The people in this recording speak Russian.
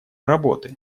работы